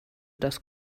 das